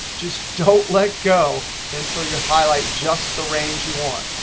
just don't let go and until you highlight just the range you want.